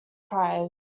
prize